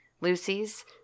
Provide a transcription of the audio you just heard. Lucy's